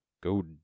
go